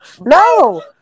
No